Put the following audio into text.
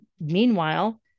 meanwhile